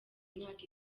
imyaka